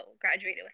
graduated